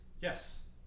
Yes